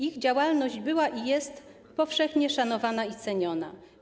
Ich działalność była i jest powszechnie szanowana i ceniona.